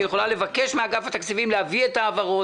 שיכולה לבקש מאגף התקציבים להביא את ההעברות